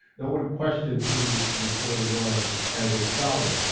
no one questioned who matory was, as a scholar,